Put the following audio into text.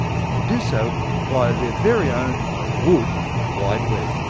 and they do so via their very own wood wide web.